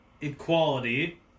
equality